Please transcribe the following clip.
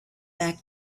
back